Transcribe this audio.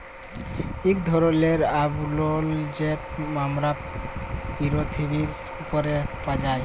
ইক ধরলের আবরল যেট আমরা পিরথিবীর উপরে পায়